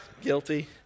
Guilty